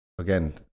Again